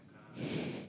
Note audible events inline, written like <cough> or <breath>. <breath>